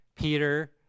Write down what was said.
Peter